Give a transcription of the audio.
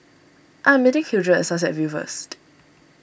I am meeting Hildred at Sunset View first